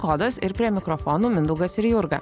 kodas ir prie mikrofono mindaugas ir jurga